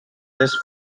this